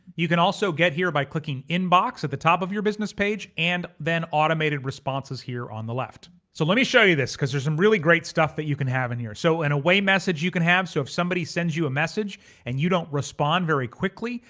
you can also get here by clicking inbox at the top of your business page and then automated responses here on the left. so let me show you this cause there's some really great stuff that you can have in here. so an and away message you can have. so if somebody sends you a message and you don't respond very quickly,